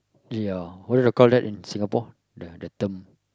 ya what do you call that in Singapore the the term